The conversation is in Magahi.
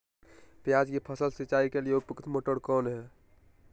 प्याज की फसल सिंचाई के लिए उपयुक्त मोटर कौन है?